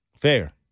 Fair